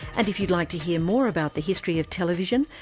and if you'd like to hear more about the history of television,